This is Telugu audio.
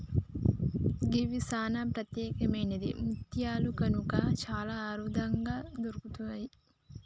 గివి సానా ప్రత్యేకమైన ముత్యాలు కనుక చాలా అరుదుగా దొరుకుతయి